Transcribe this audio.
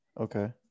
okay